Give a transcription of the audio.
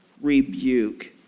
rebuke